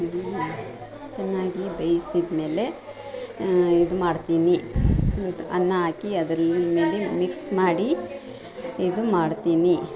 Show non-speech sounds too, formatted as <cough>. ಚೆನ್ನಾಗಿ ಬೇಯಿಸಿದ್ಮೇಲೆ ಇದು ಮಾಡ್ತೀನಿ ಅನ್ನ ಹಾಕಿ ಅದರಲ್ಲಿ <unintelligible> ಮಿಕ್ಸ್ ಮಾಡಿ ಇದು ಮಾಡ್ತೀನಿ